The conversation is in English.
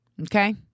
Okay